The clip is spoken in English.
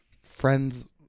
friends